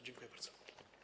Dziękuję bardzo.